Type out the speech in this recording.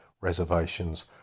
reservations